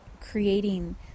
creating